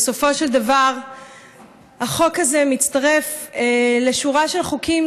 בסופו של דבר החוק הזה מצטרף לשורה של חוקים